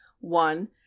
one